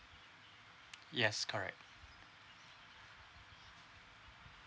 yes correct